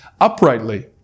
uprightly